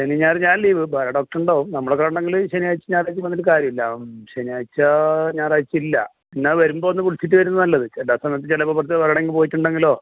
ശനിയും ഞായറും ഞാൻ ലീവ് വേറെ ഡോക്ടറ് ഉണ്ടാവും നമ്മളെ ഗവണ്മെന്റില് ശനിയാഴ്ച്ചയും ഞായറാഴ്ച്ചയും വന്നിട്ട് കാര്യമില്ല ശനിയാഴ്ച്ച ഞായറാഴ്ച്ച ഇല്ല എന്നാൽ വരുമ്പോൾ ഒന്ന് വിളിച്ചിട്ട് വരുന്നത് നല്ലത് എല്ലാ സമയത്തും ചിലപ്പോൾ പുറത്ത് വേറെ എവിടെയെങ്കിലും പോയിട്ടുണ്ടെങ്കിലോ